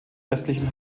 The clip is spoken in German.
restlichen